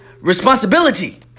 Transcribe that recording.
responsibility